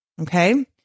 Okay